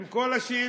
עם כל השאלות,